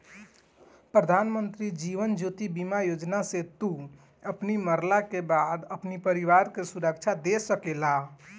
प्रधानमंत्री जीवन ज्योति बीमा योजना से तू अपनी मरला के बाद अपनी परिवार के सुरक्षा दे सकेला